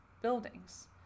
buildings